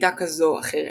במידה כזו או אחרת,